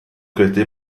credu